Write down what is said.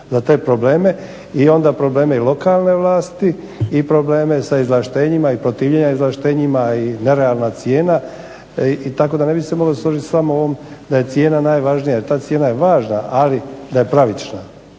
za te probleme i onda probleme i lokalne vlasti i probleme sa izvlaštenjima i protivljenja izvlaštenjima i nerealna cijena. Tako da ne bih se mogao složiti s vama o ovom da je cijena najvažnija, jer ta cijena je važna ali da je pravična